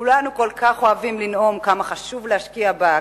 שכולנו כל כך אוהבים לנאום כמה חשוב להשקיע בו,